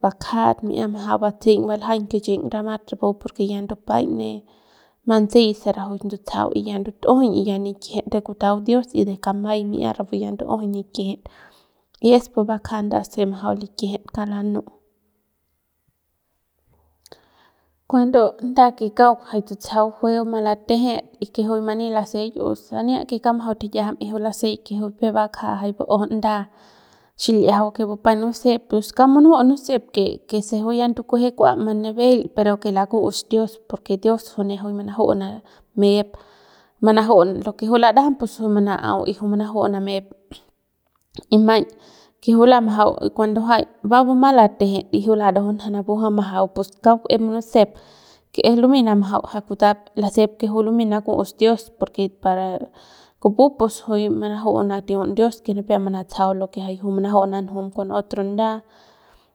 Bakjat mi'ia majau batseiñ baljaiñ kichꞌiñ ramat rapu porque ya ndupaiñ mantsey se rajuik ndutsajau y ya ndutujuñ y nikijit de kutau dios y de kamay mi'ia rapu ya ndu'ujuñ nikijit y es pu bakja nda se majau likijit kauk lanu'u cuando nda kauk jay tutsajau jueu malatejet que juy mani laseik o sania que kauk majau tiyajam que juy laseik juy peuk bakja que larajaun nda xil'iajau que bupai nusep pues kauk munuju nusep se juy ya ndukueje kua malabel pero que lakus dios porque dios juy manaju namep lo que juy larajam juy mana'au y juy manaju manamep y maiñ que juy lamajau que cuando va bumang latejet y jui larajaun napu ja majau pus kauk es munusep que es lumey namajau ja kutap lasep que es lumey naku'us dios porque para kupu pus juy manaju natiun dios que nipep manatsajau jay jui manaju'u mananjum con otro nda